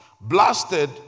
blasted